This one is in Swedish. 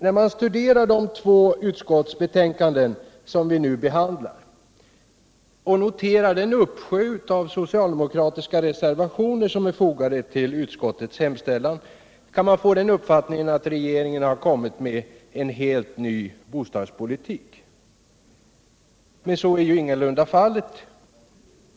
När man studerar de två utskottsbetänkanden som vi nu behandlar och noterar den uppsjö av socialdemokratiska reservationer som är fogade vid dessa, kan man få den uppfattningen att regeringen har gått in för en helt ny bostadspolitik. Men så är ju ingalunda fallet.